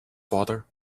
father